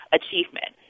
achievement